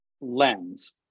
lens